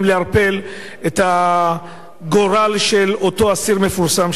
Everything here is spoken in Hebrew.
את הגורל של אותו אסיר מפורסם שהיה אצלם,